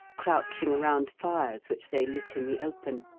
crouching around fires which they lit in the open,